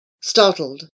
startled